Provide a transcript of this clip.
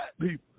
people